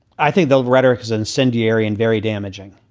i think they'll the rhetoric is incendiary and very damaging.